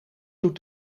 toe